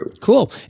Cool